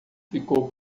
ficou